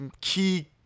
key